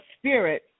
spirit